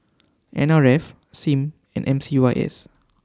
N R F SIM and M C Y S